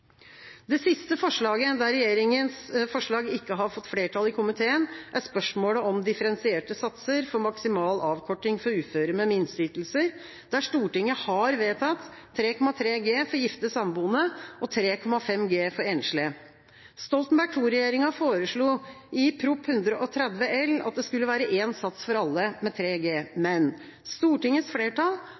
Det siste forslaget, der regjeringas forslag ikke har fått flertall i komiteen, er spørsmålet om differensierte satser for maksimal avkorting for uføre med minsteytelser, der Stortinget har vedtatt 3,3 G for gifte/samboende og 3,5 G for enslige. Stoltenberg II-regjeringa foreslo i Prop. 130 L for 2010–2011 at det skulle være én sats for alle, med 3 G, men Stortingets flertall